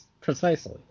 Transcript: precisely